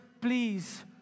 please